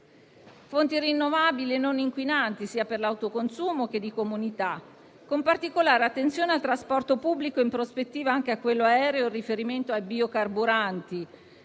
fonti rinnovabili e non inquinanti sia per l'autoconsumo che di comunità, con particolare attenzione al trasporto pubblico e, in prospettiva, anche a quello aereo in riferimento ai biocarburanti,